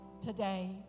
today